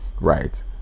right